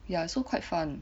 ya so quite fun